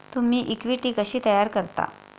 तुम्ही इक्विटी कशी तयार करता?